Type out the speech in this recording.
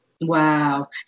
Wow